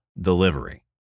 delivery